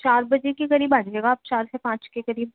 چار بجے کے قریب آ جائیے گا آپ چار سے پانچ کے قریب